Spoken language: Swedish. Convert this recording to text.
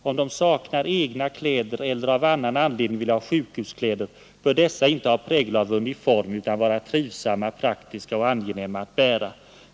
Om de saknar egna kläder eller av annan anledning vill ha sjukhuskläder, bör dessa inte ha prägel av uniform utan vara trivsamma, praktiska och angenäma att bära.